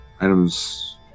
Items